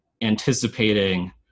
anticipating